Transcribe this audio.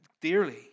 dearly